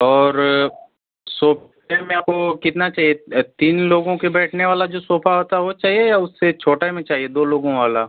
और सोफे में आपको कितना चाहिए तीन लोगों के बैठने वाला जो सोफा होता है वह चाहिए या उससे छोटे में चाहिए दो लोगों वाला